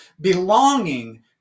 belonging